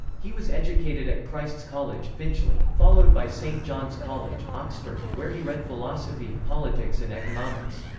he was educated at christ's college, finchley, followed by st john's college, oxford, where he read philosophy, politics and economics.